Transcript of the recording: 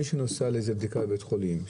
מי שנוסע לבדיקה בבית חולים,